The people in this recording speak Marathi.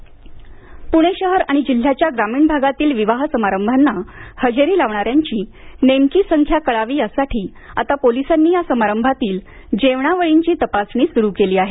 जेवणावळ पुणे शहर आणि जिल्ह्याच्या ग्रामीण भागातील विवाह समारंभांना हजेरी लावणाऱ्यांची नेमकी संख्या कळावी यासाठी आता पोलिसांनी या समारंभातील जेवणावळींची तपासणी सुरु केली आहे